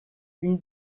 une